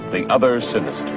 the other sinister.